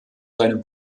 seinem